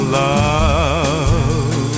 love